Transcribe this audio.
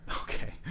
Okay